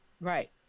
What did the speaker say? Right